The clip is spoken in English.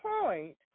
point